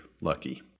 lucky